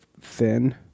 thin